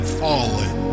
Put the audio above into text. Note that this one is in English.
fallen